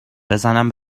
بزنم